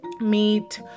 meat